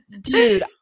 dude